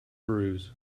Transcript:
bruise